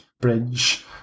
bridge